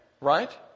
right